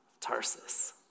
Tarsus